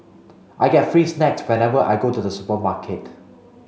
I get free snacks whenever I go to the supermarket